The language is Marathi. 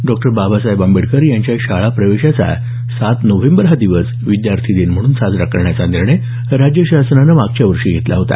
डॉक्टर बाबासाहेब आंबेडकर यांच्या शाळा प्रवेशाचा सात नोव्हेंबर हा दिवस विद्यार्थी दिन म्हणून साजरा करण्याचा निर्णय राज्यशासनानं मागच्या वर्षी घेतला होता